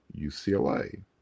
UCLA